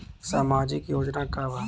सामाजिक योजना का बा?